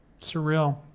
Surreal